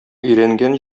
өйрәнгән